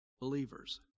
believers